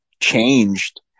changed